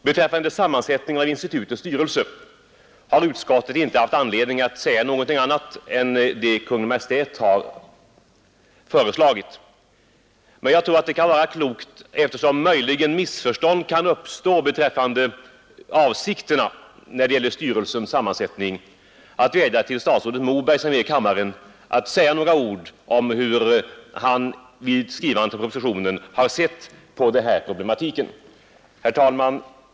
Beträffande sammansättningen av institutets styrelse har utskottet inte haft anledning till invändning mot vad som sägs i propositionen. För undvikande av missförstånd beträffande uttalandet om styrelsens sammansättning vill jag vädja till statsrådet Moberg att säga några ord om hur han vid skrivandet av propositionen sett på denna problematik. Herr talman!